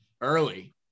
early